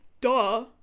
Duh